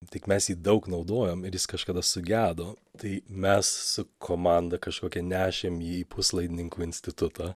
tik mes jį daug naudojom ir jis kažkada sugedo tai mes su komanda kažkokia nešėm jį į puslaidininkų institutą